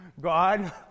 God